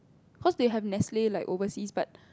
cause they have Nestle like overseas but